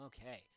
Okay